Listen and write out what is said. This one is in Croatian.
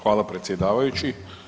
Hvala predsjedavajući.